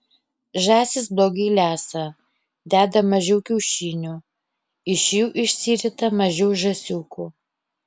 žąsys blogai lesa deda mažiau kiaušinių iš jų išsirita mažiau žąsiukų